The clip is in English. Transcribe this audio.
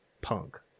punk